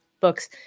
books